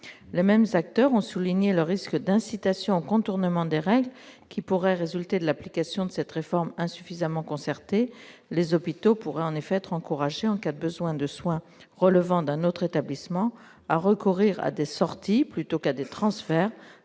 insuffisante. Ils ont souligné le risque d'incitation au contournement des règles qui pourrait résulter de l'application de cette réforme insuffisamment concertée. Les hôpitaux pourraient en effet être encouragés, en cas de besoin de soins relevant d'un autre établissement, à recourir à des sorties plutôt qu'à des transferts,